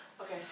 Okay